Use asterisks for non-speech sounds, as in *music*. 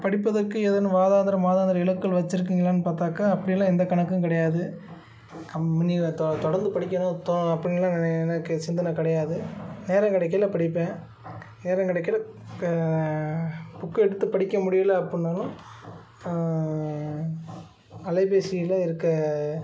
படிப்பதற்கு ஏதேனும் வாதாந்திர மாதாந்திர இலக்குகள் வைச்சிருக்கீங்களான்னு பார்த்தாக்கா அப்படிலாம் எந்த கணக்கும் கிடையாது கம் நீ தொ தொடர்ந்து படிக்கணும் தொ அப்படின்லாம் *unintelligible* எனக்கு சிந்தனை கிடையாது நேரம் கிடைக்கையில படிப்பேன் நேரம் கிடைக்கையில க புக்கை எடுத்து படிக்க முடியிலை அப்புடின்னாலும் அலைபேசியில் இருக்க